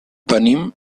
venim